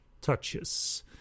touches